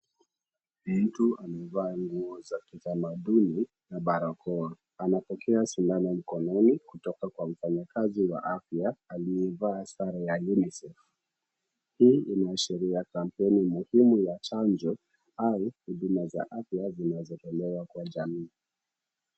Mtu amevaa nguo za kitamaduni na barakoa. Anapokea sindano mkononi kutoka kwa mfanyakazi wa afya aliyevaa sare ya unicef. Hii inaashiria kampeni muhimu ya chanjo au huduma za afya zinazotolewa kwa jamii.